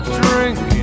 drink